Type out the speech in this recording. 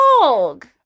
dog